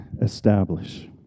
establish